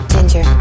Ginger